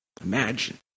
Imagine